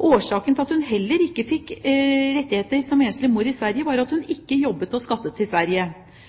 Årsaken til at hun heller ikke fikk rettigheter som enslig mor i Sverige, var at hun ikke jobbet i og skattet til Sverige.